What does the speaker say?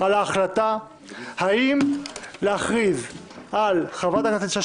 על ההחלטה האם להכריז על חברת הכנסת שאשא